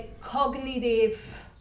cognitive